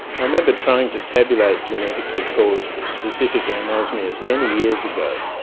i remember trying to tabulate genetically caused specific and anosmias many years ago,